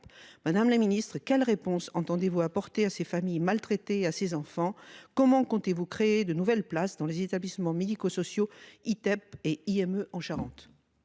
Madame la ministre, quelle réponse entendez-vous apporter à ces familles maltraitées et à ces enfants ? Comment comptez-vous créer de nouvelles places dans les établissements médico-sociaux Itep et IME en Charente ?